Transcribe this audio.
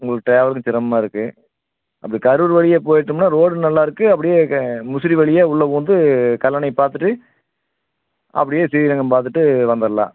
உங்களுக்கு ட்ராவலிங் சிரமமாக இருக்கும் அப்படி கரூர் வழியாக போய்ட்டமுன்னா ரோடு நல்லாயிருக்கும் அப்படியே முசிறி வழியா உள்ளே பூந்து கல்லணை பார்த்துட்டு அப்படியே ஸ்ரீரங்கம் பார்த்துட்டு வந்திடலாம்